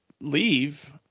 Leave